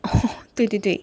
oh 对对对